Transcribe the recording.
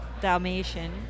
Dalmatian